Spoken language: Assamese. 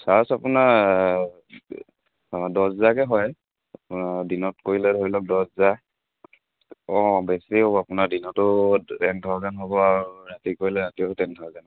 চাৰ্জ আপোনাৰ অঁ দহ হাজাৰকৈ হয় আপোনাৰ দিনত কৰিলে ধৰি লওক দহ হাজাৰ অঁ বেছি হ'ব আপোনাৰ দিনতো টেন থাউজেণ্ড হ'ব ৰাতি কৰিলে ৰাতিও টেন থাউজেণ্ড হ'ব